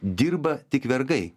dirba tik vergai